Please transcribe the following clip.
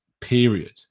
period